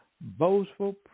boastful